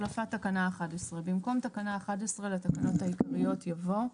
החלפת תקנה 11. במקום תקנה 11 לתקנות העיקריות יבוא: